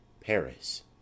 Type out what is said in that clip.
PARIS